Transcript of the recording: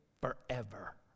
forever